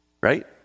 Right